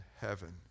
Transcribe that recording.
heaven